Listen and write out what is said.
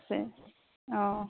আছে অ